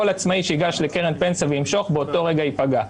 כל עצמאי שייגש לקרן פנסיה וימשוך באותו רגע ייפגע.